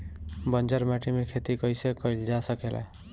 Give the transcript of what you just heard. बंजर माटी में खेती कईसे कईल जा सकेला?